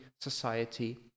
society